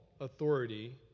authority